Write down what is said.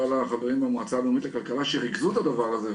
לחברים מהמועצה הלאומית לכלכלה שריכזו את הדבר הזה,